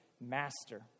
master